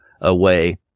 away